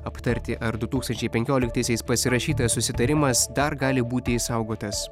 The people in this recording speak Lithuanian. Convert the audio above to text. aptarti ar du tūkstančiai penkioliktaisiais pasirašytas susitarimas dar gali būti išsaugotas